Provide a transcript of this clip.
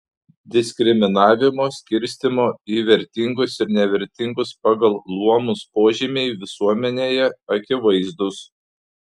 diskriminavimo skirstymo į vertingus ir nevertingus pagal luomus požymiai visuomenėje akivaizdūs